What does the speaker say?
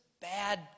bad